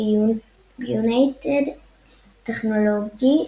ביונייטד טכנולוג'יס.